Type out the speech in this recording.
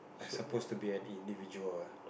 I suppose to be an individual ah